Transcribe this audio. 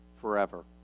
forever